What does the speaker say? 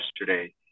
yesterday